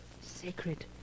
sacred